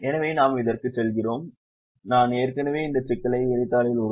எனவே நாம் இதற்குச் செல்கிறோம் நான் ஏற்கனவே இந்த சிக்கலை விரிதாளில் உருவாக்கியுள்ளேன்